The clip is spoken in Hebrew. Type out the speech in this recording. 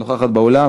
נוכחת באולם,